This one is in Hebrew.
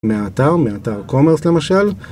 מאתר, מאתר קומרס למשל.